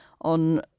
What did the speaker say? on